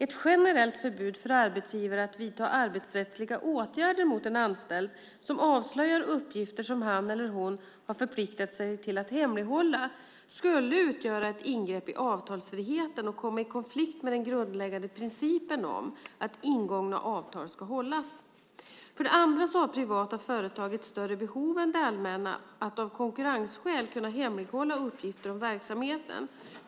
Ett generellt förbud för arbetsgivare att vidta arbetsrättsliga åtgärder mot en anställd som avslöjar uppgifter som han eller hon har förpliktat sig att hemlighålla skulle utgöra ett ingrepp i avtalsfriheten och komma i konflikt med den grundläggande principen om att ingångna avtal ska hållas. För det andra har privata företag ett större behov än det allmänna att av konkurrensskäl kunna hemlighålla uppgifter om verksamheten.